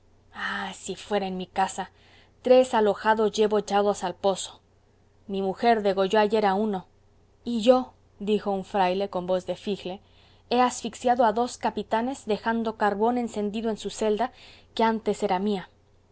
ah si fuera en mi casa tres alojados llevo echados al pozo mi mujer degolló ayer a uno y yo dijo un fraile con voz de figle he asfixiado a dos capitanes dejando carbón encendido en su celda que antes era mía